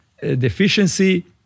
deficiency